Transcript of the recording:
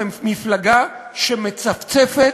המפלגה שמצפצפת,